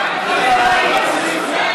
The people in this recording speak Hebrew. לאומי-אזרחי,